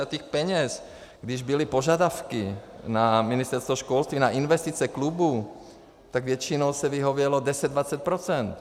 A těch peněz, když byly požadavky na Ministerstvo školství, na investice klubů, tak většinou se vyhovělo 1020 %.